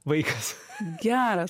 vaikas geras